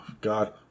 God